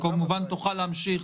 כמובן תוכל ולהמשיך